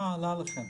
כמה עלה לכם?